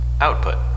Output